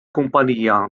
kumpanija